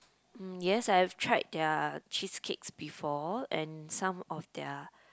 mm yes I've tried their cheesecakes before and some of their